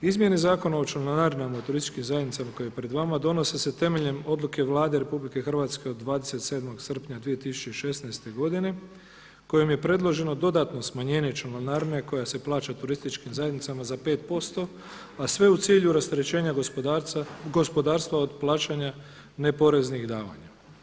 Izmjene Zakona o članarinama i turističkim zajednicama koji je pred vama donose se temeljem Odluke Vlade Republike Hrvatske od 27. srpnja 2016. godine kojim je predloženo dodatno smanjenje članarine koja se plaća turističkim zajednicama za 5 posto, a sve u cilju rasterećenja gospodarstva od plaćanja neporeznih davanja.